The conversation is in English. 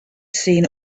seen